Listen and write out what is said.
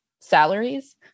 salaries